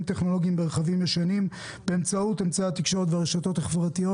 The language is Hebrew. טכנולוגיים ברכבים ישנים באמצעות אמצעי התקשורת והרשתות החברתיות.